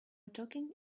talking